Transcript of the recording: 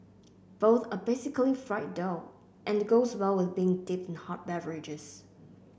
both are basically fried dough and goes well with being dipped in hot beverages